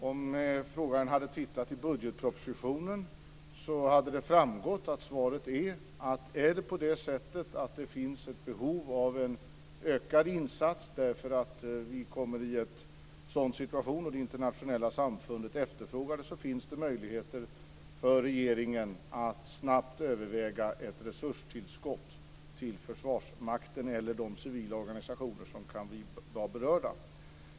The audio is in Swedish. Om frågaren hade tittat i budgetpropositionen skulle hon ha sett att det framgår att det, om det finns ett behov av en ökad insats därför att vi kommer i en sådan situation och det internationella samfundet efterfrågar det, finns möjligheter för regeringen att snabbt överväga ett resurstillskott till Försvarsmakten eller de civila organisationer som kan vara berörda.